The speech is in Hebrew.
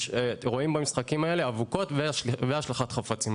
רואים במשחקים האלה אבוקות והשלכת חפצים,